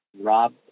Rob